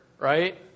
right